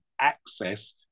Access